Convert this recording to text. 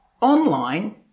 online